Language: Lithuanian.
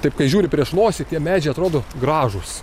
taip kai žiūri prieš nosį tie medžiai atrodo gražūs